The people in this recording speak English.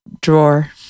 drawer